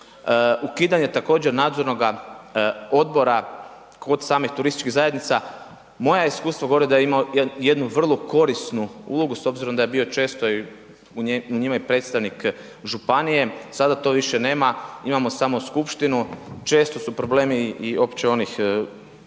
Ukidanje također nadzornoga odbora kod samih turističkih zajednica, moje iskustvo govori da je imao jednu vrlo korisnu ulogu s obzirom da je bio često i u njime i predstavnik županije, sada to više nema, imamo samo skupštinu, često su problemi i opće onih,